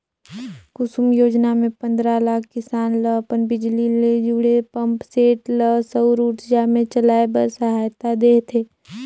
कुसुम योजना मे पंदरा लाख किसान ल अपन बिजली ले जुड़े पंप सेट ल सउर उरजा मे चलाए बर सहायता देह थे